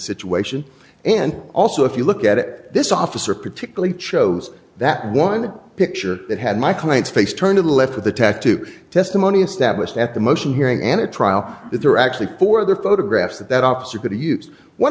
situation and also if you look at it this officer particularly chose that one picture that had my client's face turn to the left with a tattoo testimony established at the motion hearing and a trial that they're actually for their photographs that that officer going to use one